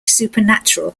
supernatural